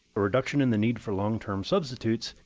a reduction in the need for long-term substitutes,